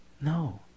no